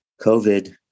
COVID